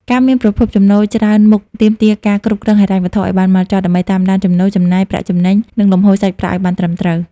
ការមានប្រភពចំណូលច្រើនមុខទាមទារការគ្រប់គ្រងហិរញ្ញវត្ថុឱ្យបានម៉ត់ចត់ ដើម្បីតាមដានចំណូល ចំណាយ ប្រាក់ចំណេញ និងលំហូរសាច់ប្រាក់ឱ្យបានត្រឹមត្រូវ។